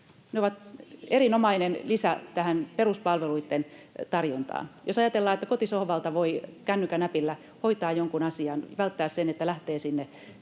ovat erinomainen lisä tähän peruspalveluitten tarjontaan. Jos ajatellaan, että kotisohvalta voi kännykän äpillä hoitaa jonkun asian ja välttää sen, että lähtee